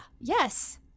yes